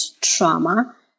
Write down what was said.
trauma